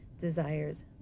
desires